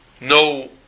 No